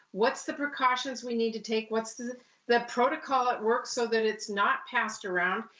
what's the precautions we need to take? what's the the protocol at work, so that it's not passed around?